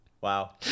Wow